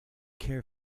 care